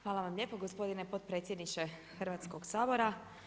Hvala vam lijepo gospodine potpredsjedniče Hrvatskog sabora.